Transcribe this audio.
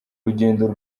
rugendo